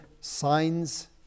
signs